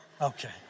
Okay